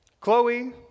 Chloe